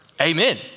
Amen